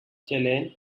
chilean